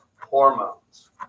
hormones